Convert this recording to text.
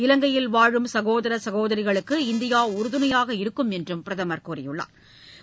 இலங்கையில் வாழும் சகோதர சகோதரிகளுக்கு இந்தியா உறுதுணையாக இருக்கும் என்றும் பிரதமா் கூறியுள்ளா்